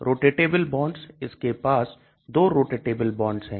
rotatable bonds इसके पास दो rotatable bonds है